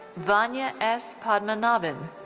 vanya s. padmanabhan.